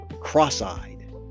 Cross-eyed